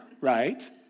right